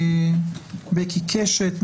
בקי קשת,